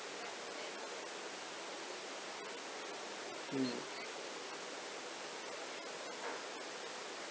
mm